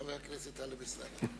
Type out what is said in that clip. חבר הכנסת טלב אלסאנע.